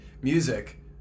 music